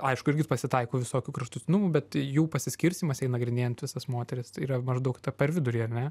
aišku irgi pasitaiko visokių kraštutinumų bet jų pasiskirstymas jei nagrinėjant visas moteris tai yra maždaug per vidurį ar ne